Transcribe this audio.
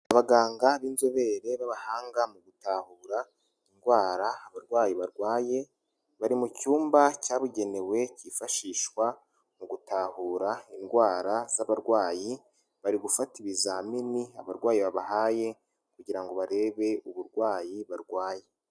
Abaganga b'inzobere b'abahanga mu gutahura indwara abarwayi barwaye, bari mu cyumba cyabugenewe CYifashishwa mu gutahura indwara z'abarwayi, bari gufata ibizamini abarwayi babahaye, kugira ngo barebe uburwayi barwaye.